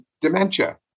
dementia